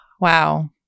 Wow